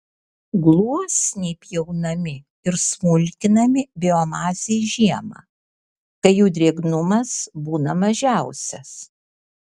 gluosniai pjaunami ir smulkinami biomasei žiemą kai jų drėgnumas būna mažiausias